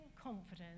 confidence